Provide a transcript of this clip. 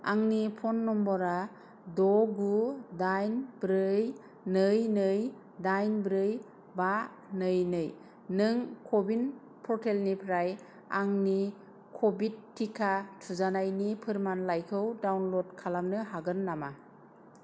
आंनि फ'न नम्बरा द' गु दाइन ब्रै नै नै दाइन ब्रै बा नै नै नों क' विन प'र्टेलनिफ्राय आंनि क'विड टिका थुजानायनि फोरमानलाइखौ डाउनल'ड खालामनो हागोन नामा